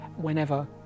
whenever